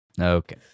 Okay